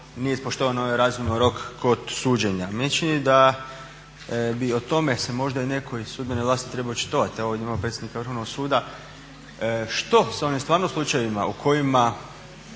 nije ispoštovan onaj razumni rok kod suđenja. Meni se čini da bi o tome se možda netko iz sudbene vlasti trebao očitovati. Evo, ovdje imamo predsjednika Vrhovnog suda, što s onim stvarno slučajevima u kojima